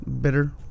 Bitter